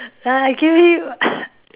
uh give you